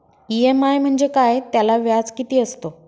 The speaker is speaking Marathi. इ.एम.आय म्हणजे काय? त्याला व्याज किती असतो?